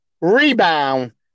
rebound